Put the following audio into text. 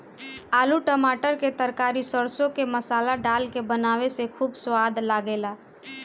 आलू टमाटर के तरकारी सरसों के मसाला डाल के बनावे से खूब सवाद लागेला